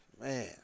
Man